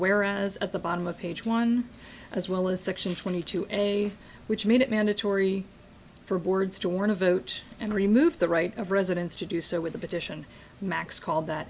whereas at the bottom of page one as well as section twenty two a which made it mandatory for boards to warn a vote and remove the right of residents to do so with a petition max called that